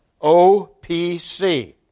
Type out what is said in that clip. OPC